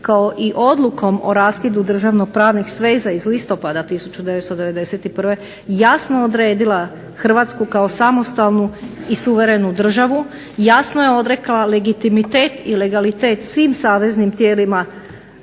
kao i odlukom o raskidu državno pravnih sveza iz listopada 1991. jasno odredila Hrvatsku kao samostalnu i suverenu državu, jasno je odrekla limitet i legalitet svim saveznim tijelima